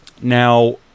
now